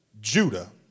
Judah